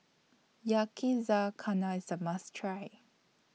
Yakizakana IS A must Try